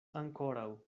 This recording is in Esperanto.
ankoraŭ